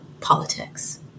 politics